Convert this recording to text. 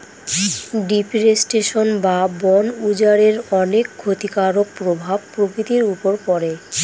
deforestation বা বন উজাড়ের অনেক ক্ষতিকারক প্রভাব প্রকৃতির উপর পড়ে